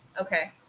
Okay